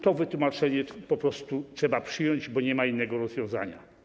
To wytłumaczenie po prostu trzeba przyjąć, bo nie ma innego rozwiązania.